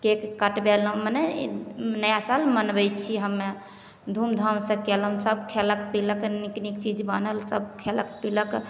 cake कटबेलहुॅं मने नया साल मनबै छी हम्मे धूमधामसॅं केलहुॅं सब खेलक पीलक नीक नीक चीज बनल सब खेलक पीलक